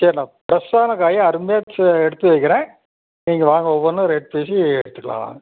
சரி நான் ஃப்ரெஷ்ஷான காயாக அருமையாக சே எடுத்து வைக்கின்றேன் நீங்கள் வாங்க ஒவ்வொன்றா ரேட் பேசி எடுத்துக்கலாம் வாங்க